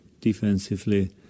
defensively